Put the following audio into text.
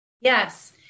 Yes